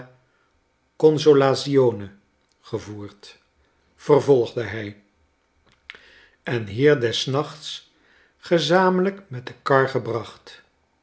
santamariadellaconsolazione gevoerd vervolgde hi en hier des nachts gezamenlijk met de kar gebracht